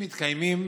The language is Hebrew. הלימודים מתקיימים